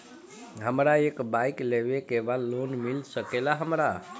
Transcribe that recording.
हमरा एक बाइक लेवे के बा लोन मिल सकेला हमरा?